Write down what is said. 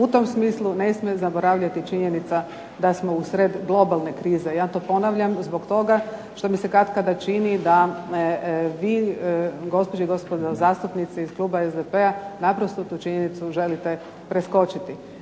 u tom smislu ne smije zaboravljati činjenica da smo usred globalne krize. Ja to ponavljam zbog toga što mi se katkada čini da vi, gospođe i gospodo zastupnici iz kluba SDP-a, naprosto tu činjenicu želite preskočiti.